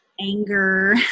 anger